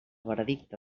veredicte